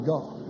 God